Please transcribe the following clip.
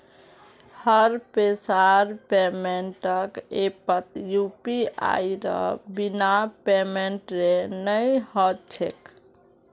हर पैसार पेमेंटक ऐपत यूपीआईर बिना पेमेंटेर नइ ह छेक